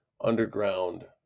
underground